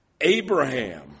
Abraham